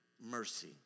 mercy